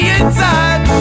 inside